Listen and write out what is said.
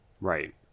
Right